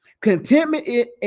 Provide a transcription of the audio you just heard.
Contentment